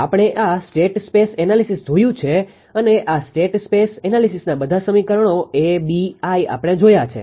આપણે આ state space analysis જોયું જોયું છે અને આ સ્ટેટ સ્પેસ એનાલિસીસના બધા સમીકરણો A B આપણે જોયા છે